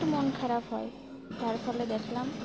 একটু মন খারাপ হয় তার ফলে দেখলাম